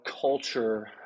culture